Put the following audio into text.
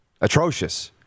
atrocious